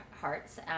Hearts